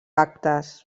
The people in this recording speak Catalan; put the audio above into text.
actes